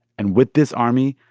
and with this army,